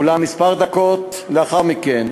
אולם דקות מספר לאחר מכן,